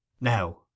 Now